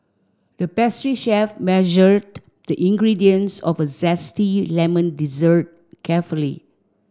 the pastry chef measured the ingredients for a zesty lemon dessert carefully